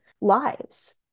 lives